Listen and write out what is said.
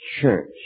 church